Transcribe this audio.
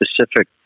specific